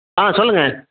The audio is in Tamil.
ஆ சொல்லுங்கள்